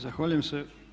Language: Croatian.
Zahvaljujem se.